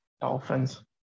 Dolphins